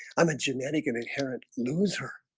i'm a genetic and inherent lose her